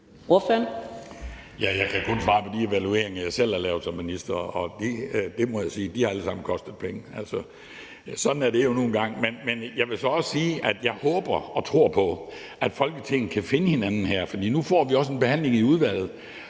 Jeg kan kun svare for de evalueringer, jeg selv har lavet som minister, og de har, må jeg sige, alle sammen kostet penge. Altså, sådan er det jo nu engang. Men jeg vil så også sige, at jeg håber og tror på, at vi i Folketinget kan finde hinanden her, for nu får vi også en behandling i udvalget.